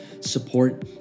support